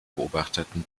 beobachteten